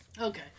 Okay